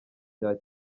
rya